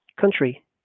country